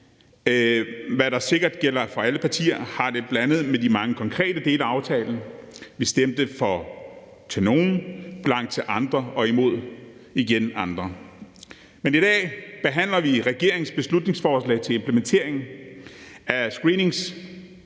hvad der sikkert også gælder for alle andre partier, har det lidt blandet med de mange konkrete dele af aftalen. Vi stemte for nogle af dem, blankt til andre og igen imod andre. Men i dag behandler vi regeringens beslutningsforslag til en implementering af